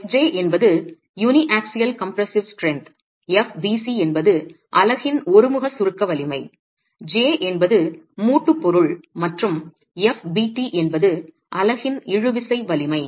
fj என்பது uniaxial compressive strength fbc என்பது அலகின் ஒருமுக சுருக்க வலிமை j என்பது மூட்டுப் பொருள் மற்றும் fbt என்பது அலகின் இழுவிசை வலிமை